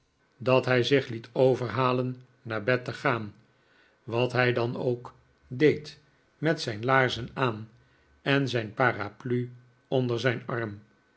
haar gedienstige zich liet overhalen naar bed te gaan wat hij dan ook deed met zijn laarzen aan en zijn paraplu onder zijn arm